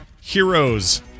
heroes